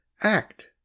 Act